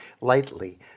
lightly